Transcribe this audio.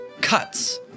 cuts